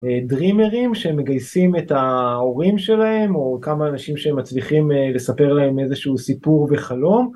דרימרים שמגייסים את ההורים שלהם או כמה אנשים שהם מצליחים לספר להם איזשהו סיפור וחלום.